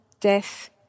death